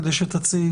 כדי שתציעי,